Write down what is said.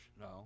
No